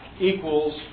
equals